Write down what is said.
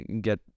get